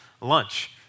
lunch